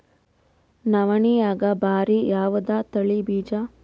ನವಣಿಯಾಗ ಭಾರಿ ಯಾವದ ತಳಿ ಬೀಜ?